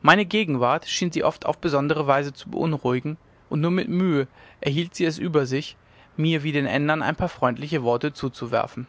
meine gegenwart schien sie oft auf besondere weise zu beunruhigen und nur mit mühe erhielt sie es über sich mir wie den ändern ein paar freundliche worte zuzuwerfen